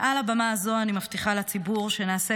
מעל הבמה הזו אני מבטיחה לציבור שנעשה